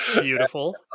Beautiful